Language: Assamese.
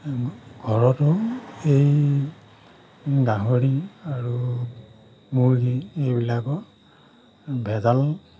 ঘৰতো এই গাহৰি আৰু মুৰ্গী এইবিলাকৰ ভেজাল